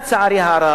לצערי הרב,